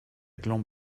gland